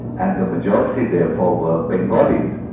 and the majority therefore were bengalis,